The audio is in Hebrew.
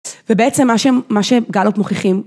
ובעצם מה שגאלופ מוכיחים.